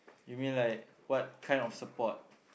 you mean like what kind of support